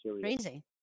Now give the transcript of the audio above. Crazy